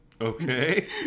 Okay